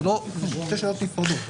אלה שתי שאלות נפרדות.